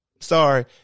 Sorry